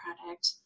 product